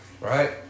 right